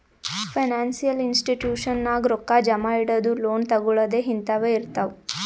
financial institution ನಾಗ್ ರೊಕ್ಕಾ ಜಮಾ ಇಡದು, ಲೋನ್ ತಗೋಳದ್ ಹಿಂತಾವೆ ಇರ್ತಾವ್